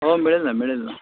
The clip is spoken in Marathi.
हो मिळेल ना मिळेल ना